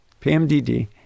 PMDD